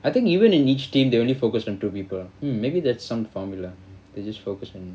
I think even in each team they only focused on two people hmm maybe that some formula they're just focusing